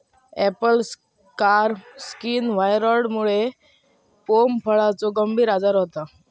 Apple scar skin व्हायरॉइडमुळा pome फळाचो गंभीर आजार होता